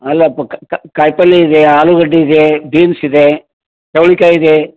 ಅಲ್ಲಪ್ಪ ಕಾಯಿ ಪಲ್ಲೆ ಇದೆ ಆಲೂಗಡ್ಡೆ ಇದೆ ಬೀನ್ಸ್ ಇದೆ ಚೌಳಿಕಾಯಿ ಇದೆ